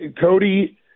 Cody